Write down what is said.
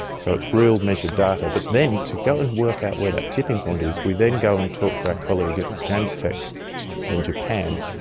so it is real measured data. but then to go and work out where that tipping point is we then go and talk to our colleague at jamstec in japan,